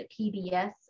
PBS